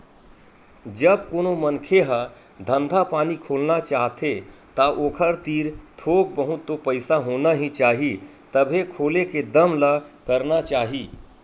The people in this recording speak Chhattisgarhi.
जब कोनो मनखे ह धंधा पानी खोलना चाहथे ता ओखर तीर थोक बहुत तो पइसा होना ही चाही तभे खोले के दम ल करना चाही